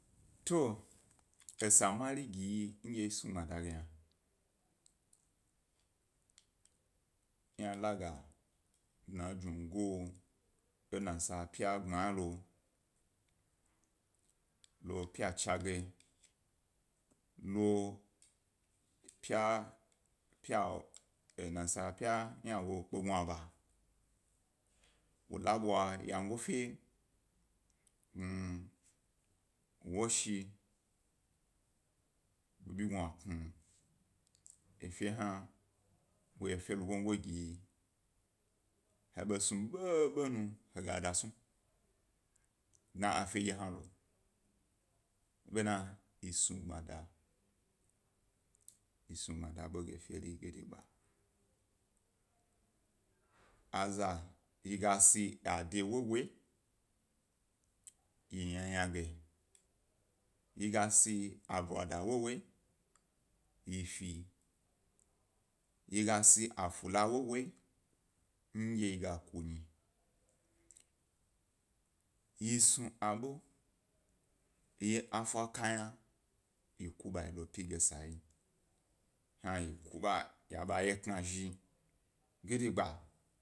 To esa mari ge yi, ndye yi snu gbanada ge yna, ta yna la dna jungo e nasa ppya gbmari lo, lo pya cha ge, lo. pya pya nasa pya yna wo kpe gnaba wo la ḃwa wyego fe woshi kpe bi gnatnu, efe hna wo ye efe lugugo gi yi, he ḃo snu ḃoḃo nu, hega da snu dna afe dye hna lo bena ye snu gbmada, yi snu gbmada bog e feri gidigba, aza, yi ga si ade wowoyi, yi yna yna ge, yi ga si aḃwada wowoyi yifi, yi si afula wowoyi ndye yi ga kunyi, snu abo, yi afa ka yna yi ku ḃe yi lo pyi ge sa hna yi ku ḃa y aba ye kna zhi gidigba.